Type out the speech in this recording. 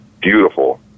beautiful